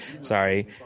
sorry